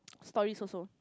stories also